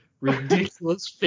ridiculous